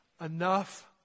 enough